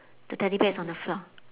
the teddy bear is on the floor